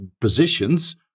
positions